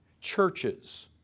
churches